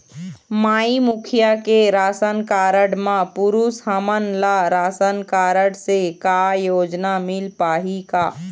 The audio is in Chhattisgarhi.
माई मुखिया के राशन कारड म पुरुष हमन ला रासनकारड से का योजना मिल पाही का?